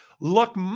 Look